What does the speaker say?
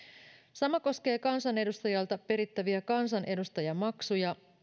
sama koskee kansanedustajalta perittäviä kansanedustajamaksuja